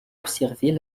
observer